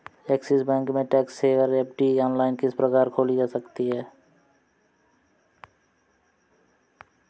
Axis bank में tax saver FD online किस प्रकार खोली जा सकती है?